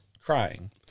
crying